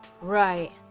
right